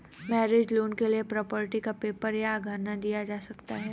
mortgage loan के लिए property का पेपर या गहना दिया जा सकता है